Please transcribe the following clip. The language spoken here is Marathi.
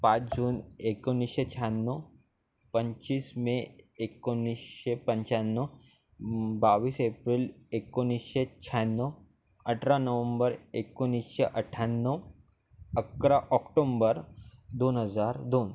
पाच जून एकोणिसशे शहाण्णव पंचवीस मे एकोणिसशे पंचाण्णव बावीस एप्रिल एकोणिसशे शहाण्णव अठरा नवंबर एकोणिसशे अठ्याण्णव अकरा ऑक्टोबर दोन हजार दोन